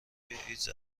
ایدز